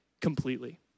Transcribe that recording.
completely